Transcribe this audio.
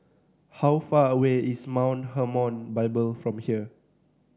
how far away is Mount Hermon Bible from here